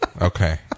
Okay